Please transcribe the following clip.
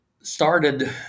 started